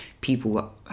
people